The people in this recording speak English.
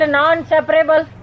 non-separable